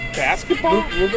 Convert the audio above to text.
basketball